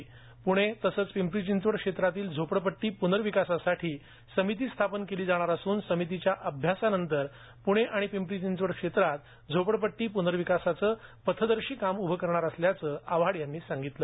प्णे तसेच पिंपरी चिंचवड क्षेत्रातील झोपडपट्टी प्नर्विकासासाठी समितीची स्थापना केली जाणार असून समितीच्या अभ्यासानंतर प्णे आणि पिंपरी चिंचवड क्षेत्रात झोपडपट्टी प्नर्विकासाचे पथदर्शी काम उभै करणार असल्याचं आव्हाड यांनी सांगितले